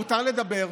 אסור לדבר.